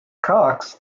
cox